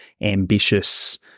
ambitious